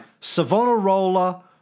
Savonarola